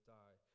die